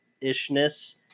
ishness